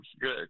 good